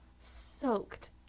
soaked